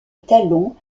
talons